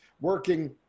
working